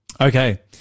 Okay